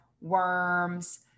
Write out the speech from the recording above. worms